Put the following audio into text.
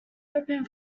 open